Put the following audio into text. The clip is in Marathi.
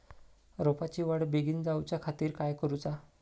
रोपाची वाढ बिगीन जाऊच्या खातीर काय करुचा?